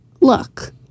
look